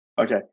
okay